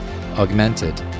augmented